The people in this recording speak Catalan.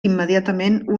immediatament